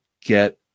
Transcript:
get